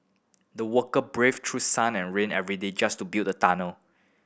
the worker braved through sun and rain every day just to build the tunnel